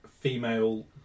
female